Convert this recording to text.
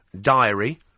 diary